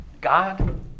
God